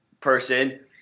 person